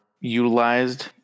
utilized